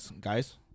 Guys